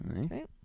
Okay